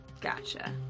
Gotcha